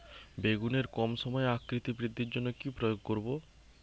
বেগুনের কম সময়ে আকৃতি বৃদ্ধির জন্য কি প্রয়োগ করব?